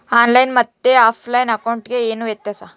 On line ಮತ್ತೆ offline ಅಕೌಂಟಿಗೆ ಏನು ವ್ಯತ್ಯಾಸ?